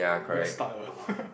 you get stuck ah